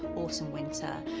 autumn, winter,